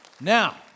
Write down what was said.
Now